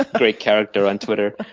great character on twitter.